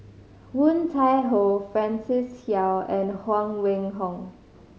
Woon Tai Ho Francis Seow and Huang Wenhong